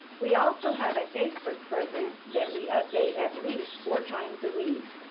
we also have a facebook presence that we update at least four times a week,